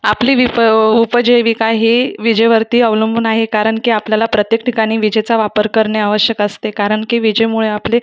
आपली उपजीविका ही विजेवरती अवलंबून आहे कारण की आपल्याला प्रत्येक ठिकाणी विजेचा वापर करणे आवश्यक असते कारण की विजेमुळे आपली